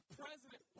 president